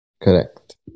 correct